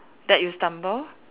that you stumble